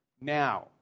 now